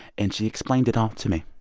and she explained it all to me